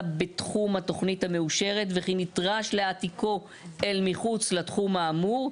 בתחום התוכנית המאושרת וכי נדרש להעתיקו אל מחוץ לתחום האמור,